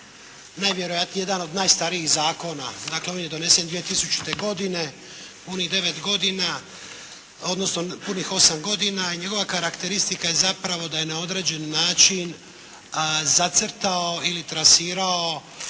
najvjerojatnije jedan od najstarijih zakona, dakle on je donesen 2000. godine, punih devet godina, odnosno punih osam godina i njegova karakteristika je zapravo da je na određen način zacrtao ili trasirao